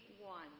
one